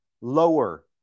lower